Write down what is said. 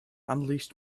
unleashed